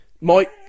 Mike